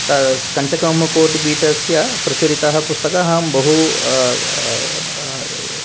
कञ्चिकामकोटिपीठस्य प्रसुरितः पुस्तकः अहं बहु